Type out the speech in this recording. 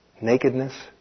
nakedness